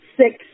six